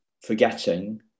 Forgetting